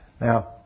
Now